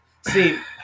See